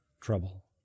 trouble